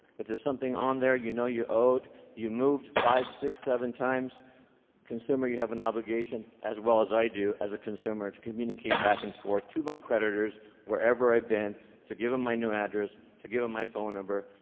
if there's something on there you know you owed you moved five, six, seven times consumer, you have an obligation, as well as i do as a consumer to communicate back and forth to my creditors wherever i have been to give them my new address, to give them my phone number.